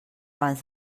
abans